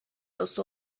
los